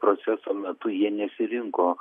proceso metu jie nesirinko